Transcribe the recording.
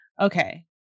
okay